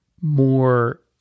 more